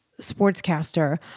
sportscaster